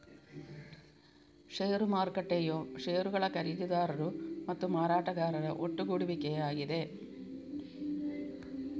ಷೇರು ಮಾರುಕಟ್ಟೆಯು ಷೇರುಗಳ ಖರೀದಿದಾರರು ಮತ್ತು ಮಾರಾಟಗಾರರ ಒಟ್ಟುಗೂಡುವಿಕೆಯಾಗಿದೆ